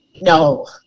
No